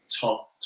top